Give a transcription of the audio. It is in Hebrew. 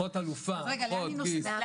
אחות אלופה, אחות, גיס.